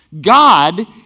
God